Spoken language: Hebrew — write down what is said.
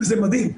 זה מדהים.